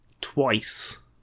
Twice